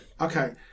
Okay